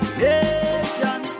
nation